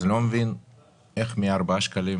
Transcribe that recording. אז אני לא מבין איך מארבעה שקלים